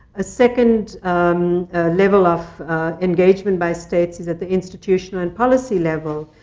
a second level of engagement by states is at the institutional and policy level.